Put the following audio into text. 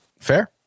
fair